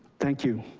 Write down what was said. thank you.